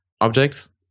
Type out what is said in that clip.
objects